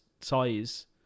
size